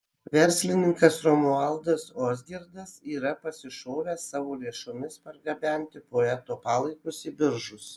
verslininkas romualdas ozgirdas yra pasišovęs savo lėšomis pargabenti poeto palaikus į biržus